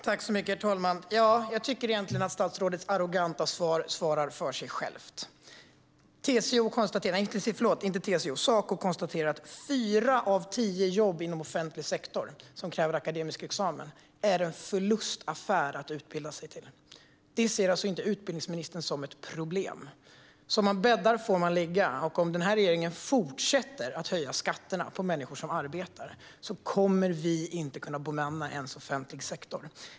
Herr talman! Jag tycker att statsrådets arroganta svar talar för sig självt. Saco konstaterar att fyra av tio jobb inom offentlig sektor som kräver akademisk examen är det en förlustaffär att utbilda sig till. Det ser alltså inte utbildningsministern som ett problem. Som man bäddar får man ligga, och om den här regeringen fortsätter höja skatterna för människor som arbetar kommer vi inte att kunna bemanna ens den offentliga sektorn.